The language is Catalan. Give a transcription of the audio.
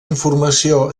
informació